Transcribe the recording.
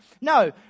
No